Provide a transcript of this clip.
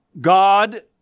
God